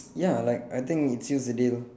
ya like I think it seals the deal